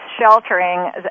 sheltering